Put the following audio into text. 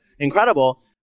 incredible